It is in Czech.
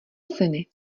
syny